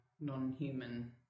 non-human